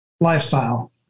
lifestyle